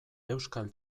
euskal